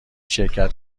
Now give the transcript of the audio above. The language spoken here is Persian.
شرکت